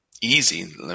easy